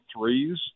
threes